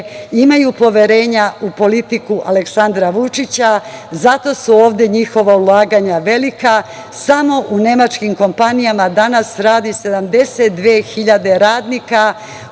imaju poverenja u politiku Aleksandra Vučića. Zato su ovde njihova ulaganja velika. Samo u nemačkim kompanijama danas radi 72.000 radnika,